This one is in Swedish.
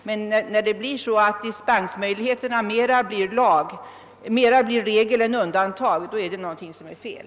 Men när dispensen mera blir regel än undantag är det någonting som är fel.